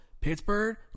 Pittsburgh